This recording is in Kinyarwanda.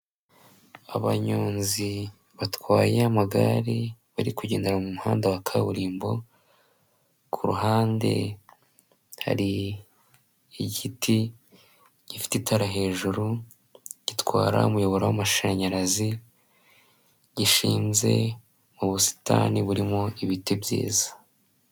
Abanyonzi batwaye amagare, bari kugendera mu muhanda wa kaburimbo, ku ruhande hari igiti gifite itara hejuru gitwara umuyoboro w'amashanyarazi gishinze mu busitani burimo ibiti byiza.